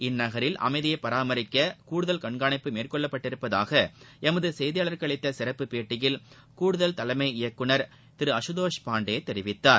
இந்நகரில் அமைதியை பராமரிக்க கூடுதல் கண்காணிப்பு மேற்கொள்ளப் பட்டிருப்பதாக எமது செய்தியாளருக்கு அளித்த சிறப்பு பேட்டியில் கூடுதல் தலைமை இயக்குநர் திரு அகத்தோஷ் பாண்டே தெரிவித்தார்